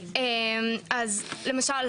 למשל,